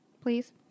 please